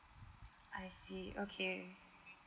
I see okay